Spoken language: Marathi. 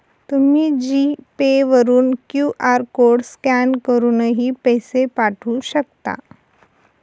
तुम्ही जी पे वरून क्यू.आर कोड स्कॅन करूनही पैसे पाठवू शकता